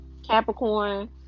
Capricorn